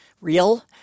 real